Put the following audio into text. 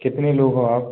कितने लोग हो आप